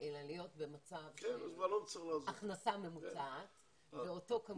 אלא להיות במצב של הכנסה ממוצעת, זה אותו מספר